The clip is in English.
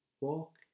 walk